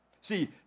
See